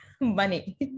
Money